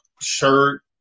shirt